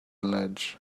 ledge